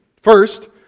first